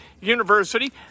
university